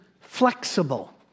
flexible